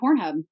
Pornhub